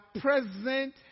present